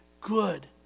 good